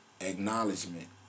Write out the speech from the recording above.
Acknowledgement